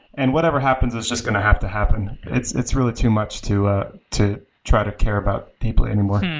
and whatever happens is just going to have to happen. it's it's really too much to ah to try to care about deeply anymore.